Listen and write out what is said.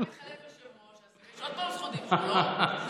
אם התחלף יושב-ראש אז יש עוד פעם זכות דיבור, לא?